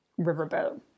riverboat